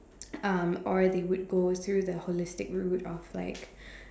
um or they would go through the holistic route of like